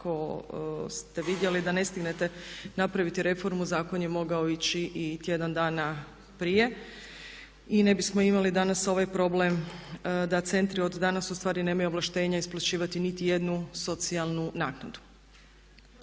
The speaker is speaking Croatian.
ako ste vidjeli da ne stignete napraviti reformu, zakon je mogao ići i tjedan dana prije i ne bismo imali danas ovaj problem da centri od danas ustvari nemaju ovlaštenja isplaćivati niti jednu socijalnu naknadu.